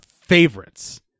favorites